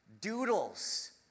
doodles